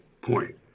point